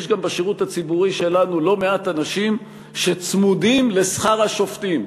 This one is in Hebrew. יש גם בשירות הציבורי שלנו לא מעט אנשים שצמודים לשכר השופטים,